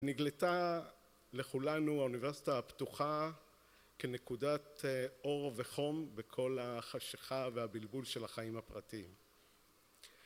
נגלתה לכולנו האוניברסיטה הפתוחה כנקודת אור וחום בכל החשיכה והבלבול של החיים הפרטיים